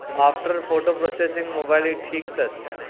after photo processing mobile जी ठीकु अथसि